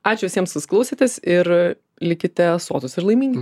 ačiū visiems kas klausėtės ir likite sotūs ir laimingi